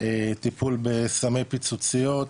טיפול בסמי פיצוציות,